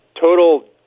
total